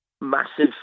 massive